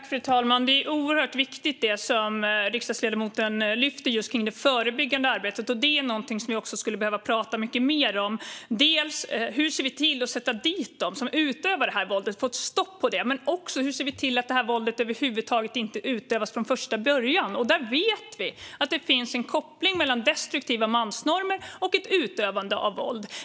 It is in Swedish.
Fru talman! Det som riksdagsledamoten lyfter fram om det förebyggande arbetet är oerhört viktigt. Det är någonting som vi också skulle behöva prata mycket mer om. Hur ser vi till att sätta dit dem som utövar det här våldet och få ett stopp på det? Och hur ser vi till att det här våldet över huvud taget inte utövas från första början? Vi vet att det finns en koppling mellan destruktiva mansnormer och ett utövande av våld.